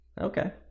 Okay